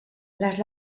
les